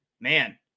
Man